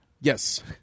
yes